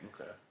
Okay